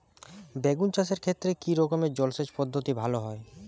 বেগুন চাষের ক্ষেত্রে কি রকমের জলসেচ পদ্ধতি ভালো হয়?